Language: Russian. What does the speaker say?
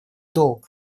долг